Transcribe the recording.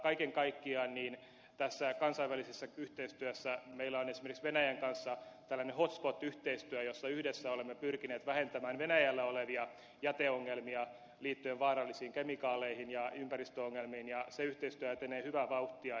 kaiken kaikkiaan tässä kansainvälisessä yhteistyössä meillä on esimerkiksi venäjän kanssa tällainen hot spot yhteistyö jossa yhdessä olemme pyrkineet vähentämään venäjällä olevia jäteongelmia liittyen vaarallisiin kemikaaleihin ja ympäristöongelmiin ja se yhteistyö etenee hyvää vauhtia